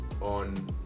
on